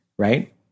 Right